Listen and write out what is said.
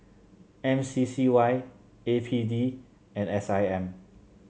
M C C Y A P D and S I M